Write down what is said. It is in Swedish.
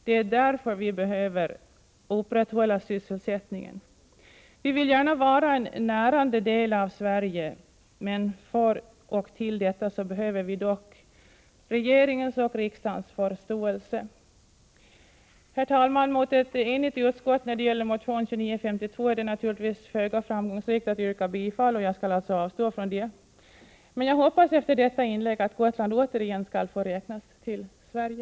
Det är därför vi behöver upprätthålla sysselsättningen. Vi vill gärna vara en närande del av Sverige, men för det behöver vi regeringens och riksdagens förståelse. Herr talman! Mot ett enigt utskott när det gäller motion 2952 är det naturligtvis föga framgångsrikt att yrka bifall, och därför skall jag avstå från det. Men jag hoppas efter detta inlägg att Gotland återigen skall få räknas till Sverige.